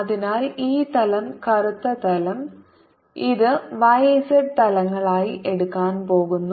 അതിനാൽ ഈ തലം കറുത്ത തലം ഇത് y z തലങ്ങളായി എടുക്കാൻ പോകുന്നു